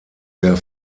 sehr